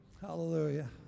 hallelujah